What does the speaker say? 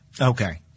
Okay